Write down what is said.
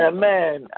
Amen